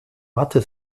mathe